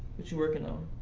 what you working on?